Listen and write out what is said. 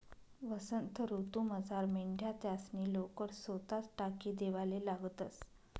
वसंत ऋतूमझार मेंढ्या त्यासनी लोकर सोताच टाकी देवाले लागतंस